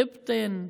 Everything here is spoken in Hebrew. אבטין,